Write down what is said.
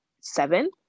seven